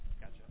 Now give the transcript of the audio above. gotcha